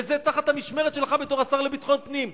וזה תחת המשמרת שלך בתור השר לביטחון פנים.